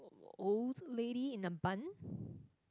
old lady in a bun